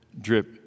drip